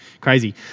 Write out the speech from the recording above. crazy